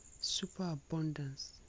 superabundance